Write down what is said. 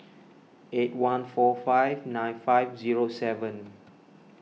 eight one four five nine five zero seven